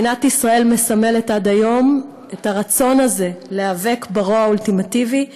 מדינת ישראל מסמלת עד היום את הרצון הזה להיאבק ברוע האולטימטיבי,